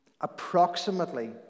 approximately